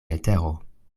letero